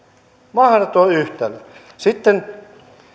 mahdoton yhtälö sitten